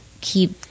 Keep